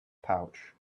pouch